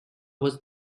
was